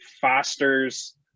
fosters